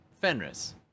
Fenris